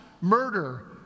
murder